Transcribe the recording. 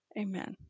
amen